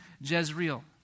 Jezreel